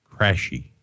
Crashy